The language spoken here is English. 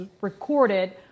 recorded